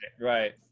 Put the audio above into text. Right